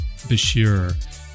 Bashir